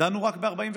דנו רק ב-45,000.